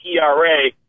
ERA